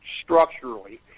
structurally